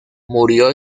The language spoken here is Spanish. murió